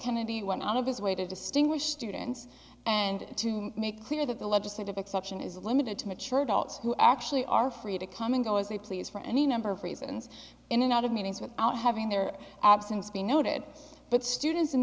kennedy went out of his way to distinguish students and to make clear that the legislative exception is limited to mature adults who actually are free to come and go as they please for any number of reasons in and out of meetings with out having their absence be noted but students